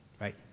right